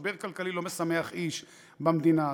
משבר כלכלי לא משמח איש במדינה הזאת,